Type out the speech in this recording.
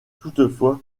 toutefois